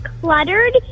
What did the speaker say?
cluttered